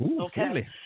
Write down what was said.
Okay